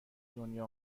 دنیا